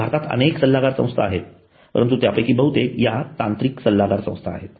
भारतात अनेक सल्लागार संस्था आहेत परंतु त्यापैकी बहुतेक ह्या तांत्रिक सल्लागार संस्था आहेत